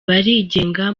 barigenga